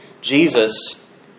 Jesus